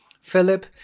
Philip